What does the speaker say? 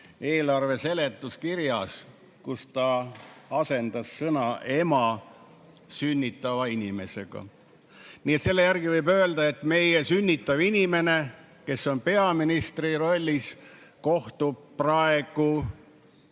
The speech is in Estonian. eelarve seletuskirjas, kus ta asendas sõna "ema" "sünnitava inimesega". Selle järgi võib öelda, et meie sünnitav inimene, kes on peaministri rollis, kohtub praegu